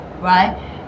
right